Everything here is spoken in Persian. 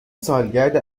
سالگرد